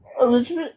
Elizabeth